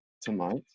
tonight